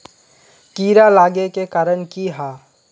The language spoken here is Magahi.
कीड़ा लागे के कारण की हाँ?